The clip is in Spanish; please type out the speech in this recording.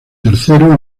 tercero